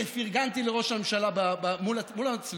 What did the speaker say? פרגנתי לראש הממשלה מול המצלמות.